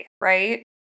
right